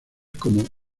como